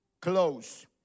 close